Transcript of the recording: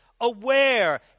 aware